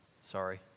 Sorry